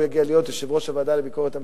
יגיע להיות יושב-ראש הוועדה לביקורת המדינה.